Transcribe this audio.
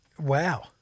Wow